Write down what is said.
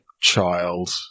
child